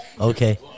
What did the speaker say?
Okay